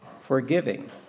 forgiving